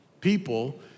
people